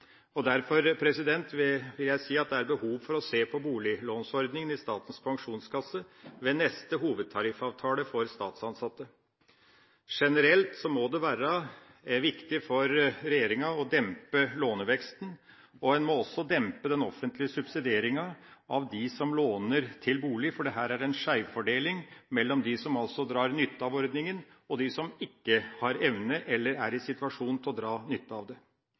ordninga. Derfor vil jeg si at det er behov for å se på boliglånsordninga i Statens pensjonskasse ved neste hovedtariffavtale for statsansatte. Generelt må det være viktig for regjeringa å dempe låneveksten. En må også dempe den offentlige subsidieringa av dem som låner til bolig, for her er det en skeivfordeling mellom dem som drar nytte av ordninga, og dem som ikke har evne, eller er i en situasjon, til å dra nytte av